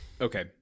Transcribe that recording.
okay